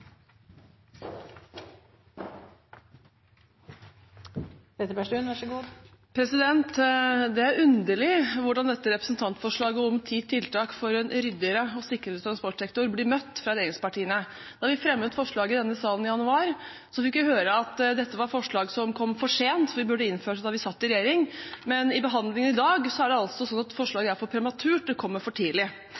Det er underlig hvordan dette representantforslaget om ti tiltak for en ryddigere og sikrere transportsektor blir møtt av regjeringspartiene. Da vi fremmet forslaget i denne salen i januar, fikk vi høre at dette var forslag som kom for sent, vi burde ha innført det da vi satt i regjering, men i behandlingen i dag er det altså sånn at forslaget